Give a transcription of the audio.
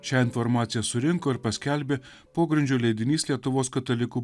šią informaciją surinko ir paskelbė pogrindžio leidinys lietuvos katalikų